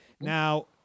Now